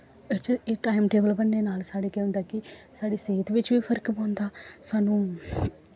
अच्छा एह् time table बनने नाल केह् होंदा कि साढ़ी सेह्त बिच्च बी फर्क पौंदा सानूं